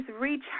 reach